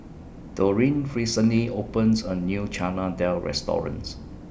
Dorine recently opens A New Chana Dal restaurants